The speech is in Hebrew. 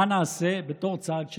מה נעשה בתור צעד שני?